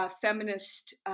feminist